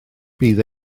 bydd